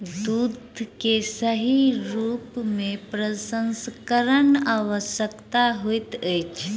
दूध के सही रूप में प्रसंस्करण आवश्यक होइत अछि